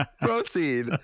Proceed